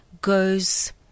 goes